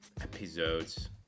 episodes